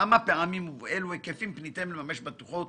וכמה פעמים ובאלה היקפים פניתם לממש בטוחות